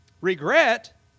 regret